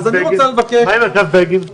מה עם מרכז בגין?